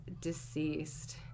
deceased